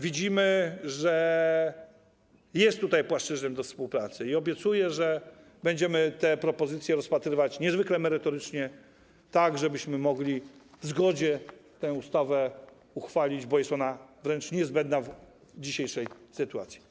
Widzimy, że jest tutaj płaszczyzna do współpracy i obiecuję, że będziemy te propozycje rozpatrywać niezwykle merytorycznie, tak żebyśmy mogli w zgodzie tę ustawę uchwalić, bo jest ona wręcz niezbędna w dzisiejszej sytuacji.